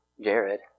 Jared